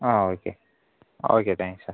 ah okay okay thanks sir